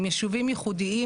עם יישובים ייחודיים,